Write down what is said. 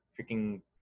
freaking